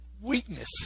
weakness